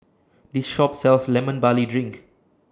This Shop sells Lemon Barley Drink